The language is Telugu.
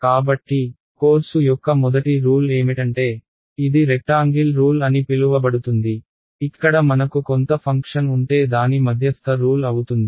కాబట్టి కోర్సు యొక్క మొదటి రూల్ ఏమిటంటే ఇది రెక్టాంగిల్ రూల్ అని పిలువబడుతుంది ఇక్కడ మనకు కొంత ఫంక్షన్ ఉంటే దాని మధ్యస్థ రూల్అవుతుంది